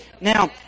Now